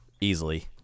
easily